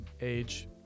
age